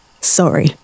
sorry